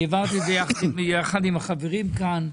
אני העברתי את זה יחד עם החברים כאן.